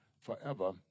forever